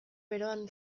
beroan